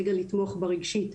רגע לתמוך בה רגשית,